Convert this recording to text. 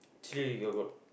actually you got what